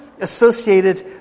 associated